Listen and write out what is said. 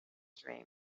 dream